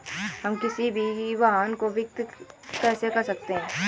हम किसी भी वाहन को वित्त कैसे कर सकते हैं?